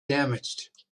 damaged